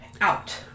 out